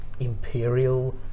Imperial